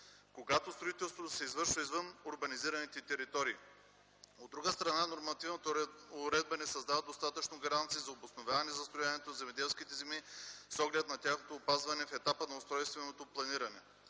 когато строителството се извършва извън урбанизираните територии. От друга страна, нормативната уредба не създава достатъчно гаранции за обосноваване застрояването на земеделските земи с оглед на тяхното опазване в етапа на устройственото планиране.